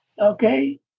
okay